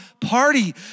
party